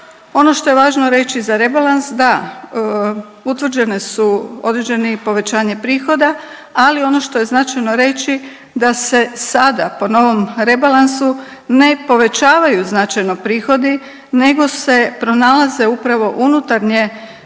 Ono što je važno reći za rebalans da utvrđene su određeni povećanje prihoda, ali ono što je značajno reći da se sada po novom rebalansu ne povećavaju značajno prihodi nego se pronalaze upravo unutarnje preraspodjele